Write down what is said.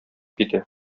китә